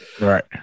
Right